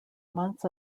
months